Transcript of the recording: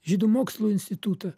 žydų mokslo institutą